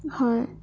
হয়